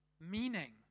meaning